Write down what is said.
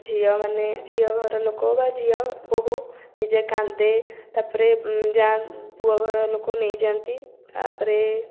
ଝିଅ ମାନେ ଝିଅ ଘର ଲୋକ ବା ଝିଅ ବୋହୂ ନିଜେ କାନ୍ଦେ ତା'ପରେ ଯାଆନ୍ତି ପୁଅ ଘର ଲୋକ ନେଇଯାଆନ୍ତି ତା'ପରେ